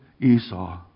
Esau